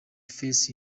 first